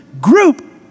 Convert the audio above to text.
group